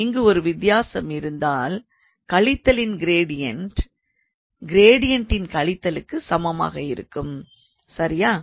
இங்கு ஒரு வித்தியாசம் இருந்தால் கழித்தலின் க்ரேடியன்ட் க்ரேடியன்ட்டின் கழித்தலுக்கு சமமாக இருக்கும் சரியா